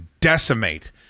decimate